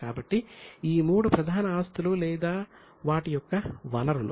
కాబట్టి ఈ మూడు ప్రధాన ఆస్తులు లేదా వాటి యొక్క వనరులు